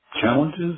challenges